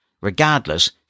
Regardless